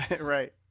Right